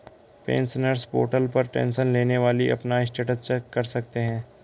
pensioners portal पर tension लेने वाली अपना स्टेटस चेक कर सकते हैं